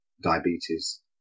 diabetes